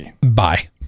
Bye